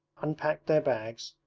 unpacked their bags,